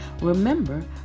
Remember